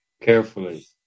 carefully